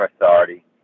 authority